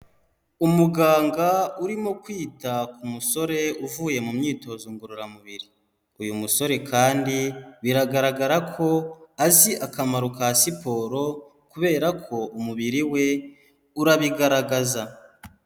Umuganga urimo kwita ku musore uvuye mu myitozo ngororamubiri, uyu musore kandi biragaragara ko azi akamaro ka siporo kubera ko umubiri we urabigaragaza.